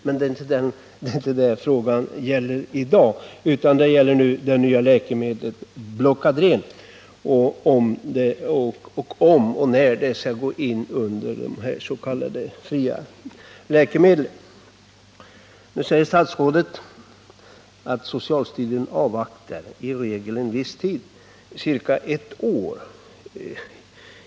Men det är inte detta som min fråga gäller i dag, utan den gäller registreringen av det nya läkemedlet Blocadren samt huruvida och i så fall när det skall gå in under s.k. fria läkemedel. Statsrådet säger att socialstyrelsen i regel avvaktar en viss tid — ca ett år.